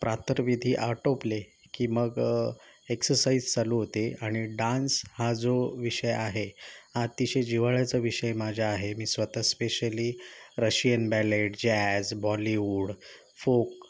प्रातर्विधी आटोपले की मग एक्ससाइज चालू होते आणि डान्स हा जो विषय आहे हा अतिशय जिव्हाळ्याचा विषय माझ्या आहे मी स्वतः specially Russian ballet jazz Bollywood folk